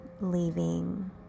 leaving